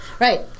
Right